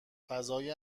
فضای